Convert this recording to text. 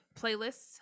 playlists